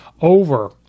over